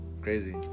crazy